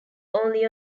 only